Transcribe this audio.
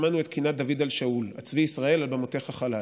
שמענו את קינת דוד על שאול: "הצבי ישראל על במותיך חלל".